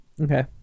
okay